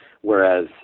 Whereas